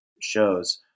shows